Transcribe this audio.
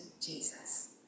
Jesus